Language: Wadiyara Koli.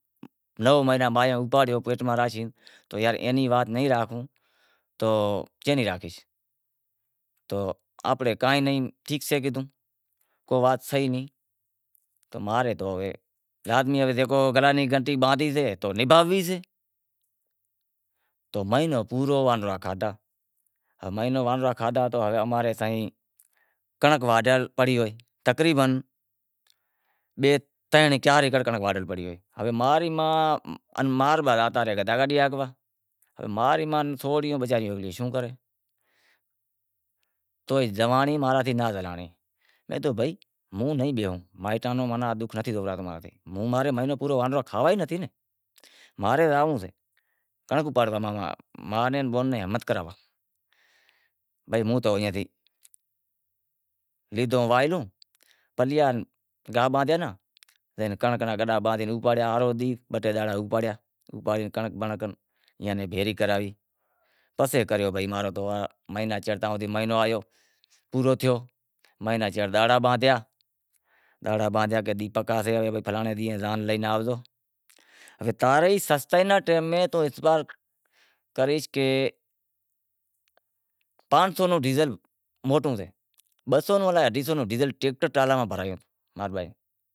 نو مہینا اپاڑیو تو کہیو اینی وات نائیں راکھی تو کائیں ری راکھاں، ٹھیک سے کو وات سے ئی نئیں، ماں رے لازمی کہ جیکو گراں ری گنٹی باندہی سے تو نبھاونڑی بھی سے تو مہینو پورو وانرا کادہا، مہینو وانرا کھادہا تو اماں رے سائیں کنڑنک واڈھیل پڑی ہوئے تقریبن بئے ترن چار ایکڑ کنڑنک واڈھل پڑی ہوئے، ہوے ماں ری ما باپ جاتا رہیا، میں کہیو بھائی موں نہیں بیہوں، مائیٹاں نوں ماناں نتھی راکھاں، ماں مہینو پورو وانرا کھاوا ئی نتھی، ماں رے آنونڑو سے کنڑنک اپاڑنڑے ، ماں نے تمیں ہمت کراواں، میں جائے کنڑنک را گڈا اپاڑیا، بہ ٹے دہاڑا اپاڑیا، کڑنک بڑنک ایئاں نیں بھیڑی کراوی تو ماں رو مہینو آیو پورو تھیو، مہینو چھیڑے دہاڑا باندہا کہ فلانڑے دینہں زان لے آوسو، تاں ری سستائی رے ٹیم ماں توں اعتبار کریس کہ پانس رو ڈیزل موٹو سے، بئے سو رو ڈیزل ٹریکٹر ٹرالے ماں بھرایو۔